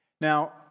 Now